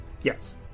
Yes